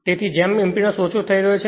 તેથી જેમ કે ઇંપેડન્સ ઓછો થઈ રહ્યો છે